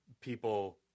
people